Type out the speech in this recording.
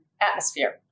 atmosphere